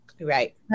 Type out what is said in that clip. Right